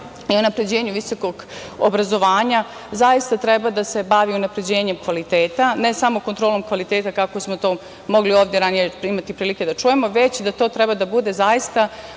i unapređenju visokog obrazovanja, zaista treba da se bavi unapređenjem kvaliteta, ne samo kontrolom kvaliteta kako smo to mogli ovde ranije imati prilike da čujemo, već da to treba da bude zaista